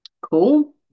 Cool